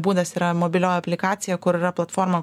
būdas yra mobilioji aplikacija kur yra platforma